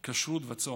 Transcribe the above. כשרות וצום,